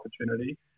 opportunity